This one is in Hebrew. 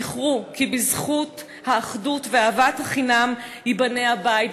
זכרו כי בזכות האחדות ואהבת החינם ייבנה הבית,